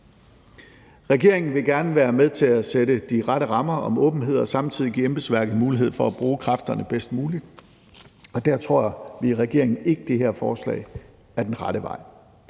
Regeringen vil gerne være med til at sætte de rette rammer om åbenhed og samtidig give embedsværket mulighed for at bruge kræfterne bedst muligt, og der tror vi i regeringen ikke, at det her